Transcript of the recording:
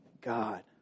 God